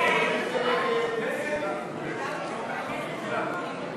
סעיף 27, ביטוח לאומי,